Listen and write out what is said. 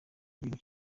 igihugu